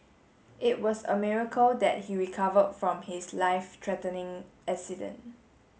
it was a miracle that he recovered from his life threatening accident